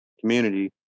community